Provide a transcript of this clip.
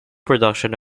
production